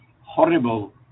horrible